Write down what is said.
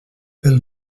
pel